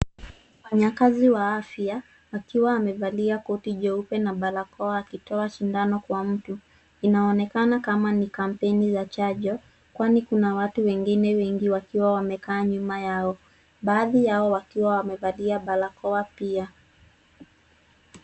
Mfanyakazi wa afya, akiwa amevalia koti jeupe na barakoa, akitoa shindano kwa mtu. Inaonekana kama ni kampeni za chanjo, kwani kuna watu wengine wengi wakiwa wamekaa nyuma yao. Baadhi yao wakiwa wamevalia barakoa pia.